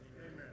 Amen